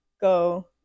go